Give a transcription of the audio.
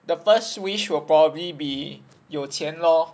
the first wish will probably be 有钱 lor